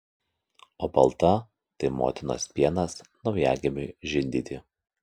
o balta tai motinos pienas naujagimiui žindyti